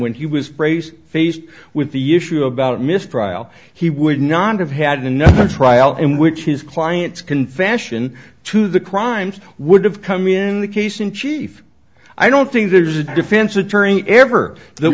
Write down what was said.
when he was brace faced with the issue about mistrial he would not have had no trial in which his clients can fashion to the crimes would have come in the case in chief i don't think there's a defense attorney ever the